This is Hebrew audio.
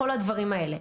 כל הדברים האלה.